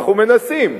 אנחנו מנסים.